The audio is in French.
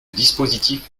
dispositif